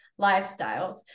lifestyles